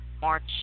March